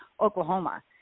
Oklahoma